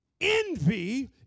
envy